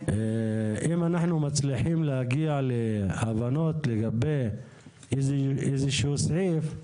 אם נצליח להגיע להבנות לגבי סעיף מסוים,